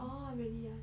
orh really ah